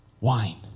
wine